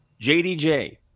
JDJ